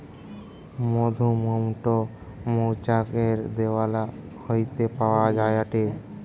মধুমোম টো মৌচাক এর দেওয়াল হইতে পাওয়া যায়টে